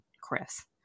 Chris